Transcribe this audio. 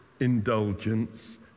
indulgence